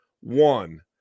One